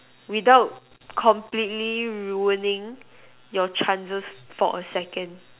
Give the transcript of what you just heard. without completely ruining your chances for a second